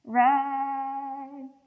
right